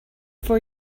for